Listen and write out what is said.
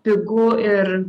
pigu ir